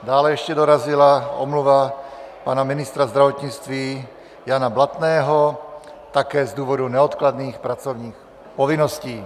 Dále ještě dorazila omluva pana ministra zdravotnictví Jana Blatného, také z důvodu neodkladných pracovních povinností.